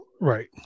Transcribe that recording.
Right